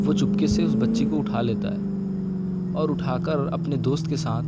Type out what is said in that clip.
وہ چپکے سے اس بچی کو اٹھا لیتا ہے اور اٹھا کر اپنے دوست کے ساتھ